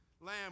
Lamb